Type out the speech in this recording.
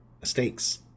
Mistakes